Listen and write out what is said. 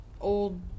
old